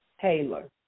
Taylor